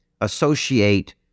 associate